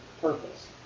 purpose